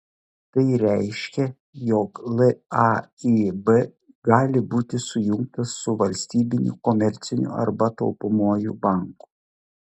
tai reiškia jog laib gali būti sujungtas su valstybiniu komerciniu arba taupomuoju banku